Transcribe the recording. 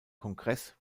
kongress